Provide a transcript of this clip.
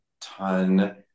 ton